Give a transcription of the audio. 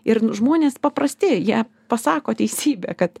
ir žmonės paprasti jie pasako teisybę kad